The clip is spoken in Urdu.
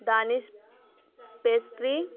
دانش پیسٹری